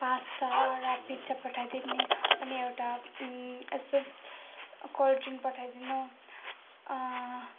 pasta र pizza पठाइदिनु नि अनि एउटा यस्तो कोल्डड्रिङ्क पठाइदिनु